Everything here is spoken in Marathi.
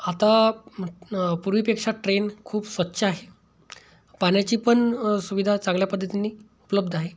आता पूर्वीपेक्षा ट्रेन खूप स्वच्छ आहे पाण्याची पण सुविधा चांगल्या पद्धतीनी उपलब्ध आहे